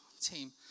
team